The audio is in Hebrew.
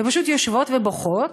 ופשוט יושבות ובוכות